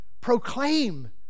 proclaim